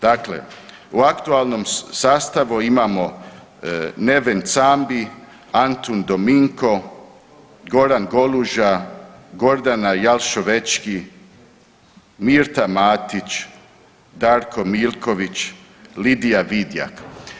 Dakle, u aktualnom sastavu imamo Neven Cambi, Antun Dominko, Goran Goluža, Gordana Jalševečki, Mirta Matić, Darko Milković, Lidija Vidjak.